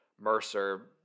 Mercer